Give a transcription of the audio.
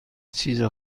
چیز